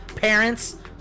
Parents